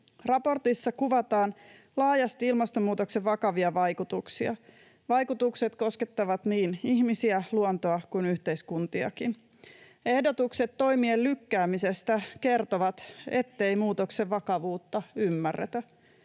Raportissa kuvataan laajasti ilmastonmuutoksen vakavia vaikutuksia. Vaikutukset koskettavat niin ihmisiä, luontoa kuin yhteiskuntiakin. Ehdotukset toimien lykkäämisestä kertovat, ettei muutoksen vakavuutta ymmärretä.